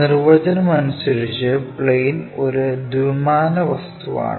നിർവചനം അനുസരിച്ച് പ്ലെയിൻ ഒരു ദ്വിമാന വസ്തുവാണ്